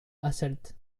hasselt